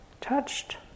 touched